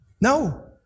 No